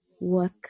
work